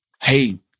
hey